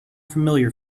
familiar